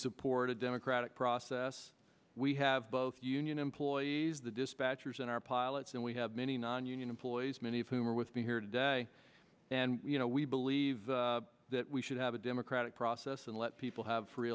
support a democratic process we have both union employees the dispatcher's and our pilots and we have many nonunion employees many of whom are with me here today and you know we believe that we should have a democratic process and let people have free